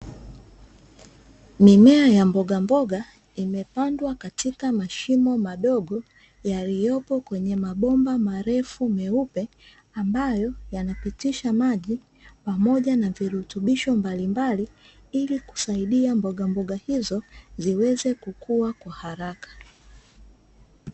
Mimea ya mboga mboga imepandwa katika mashimo madogo yaliyopo kwenye mabomba marefu meupe, ambayo yanapitisha maji pamoja na virutubisho mbalimbali ili kusaidia mboga mboga hizo ziweze kukua kwa haraka.